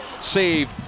saved